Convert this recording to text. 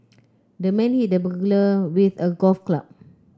the man hit the burglar with a golf club